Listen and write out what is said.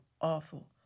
awful